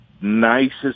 nicest